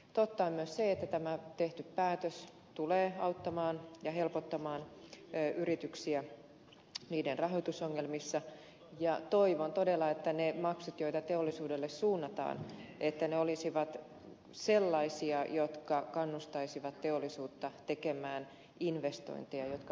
totta on myös se että tämä tehty päätös tulee auttamaan ja helpottamaan yrityksiä niiden rahoitusongelmissa ja toivon todella että ne maksut joita teollisuudelle suunnataan olisivat sellaisia jotka kannustaisivat teollisuutta tekemään investointeja jotka vähentävät päästöjä